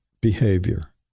behavior